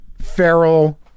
feral